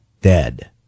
dead